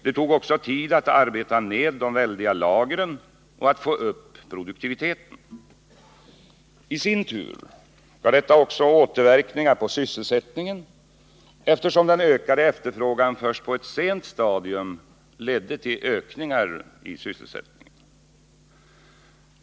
Det tog också tid att arbeta ned de väldiga lagren och att få upp produktiviteten. I sin tur gav detta återverkningar också på sysselsättningen, eftersom den ökade efterfrågan först på ett sent stadium ledde till ökningar i sysselsättningen.